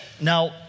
Now